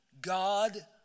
God